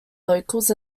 locals